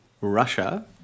Russia